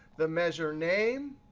the measure name,